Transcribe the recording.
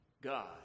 God